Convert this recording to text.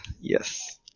Yes